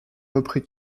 repris